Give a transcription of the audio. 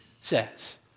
says